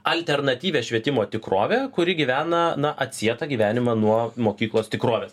alternatyvią švietimo tikrovę kuri gyvena na atsietą gyvenimą nuo mokyklos tikrovės